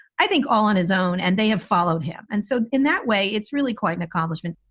i think all on his own. and they have followed him. and so in that way, it's really quite an accomplishment.